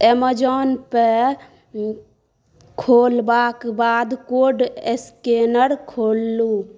Amazon pay खोलबाक बाद code scanner खोलू